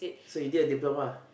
so you did a diploma